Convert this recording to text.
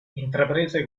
intraprese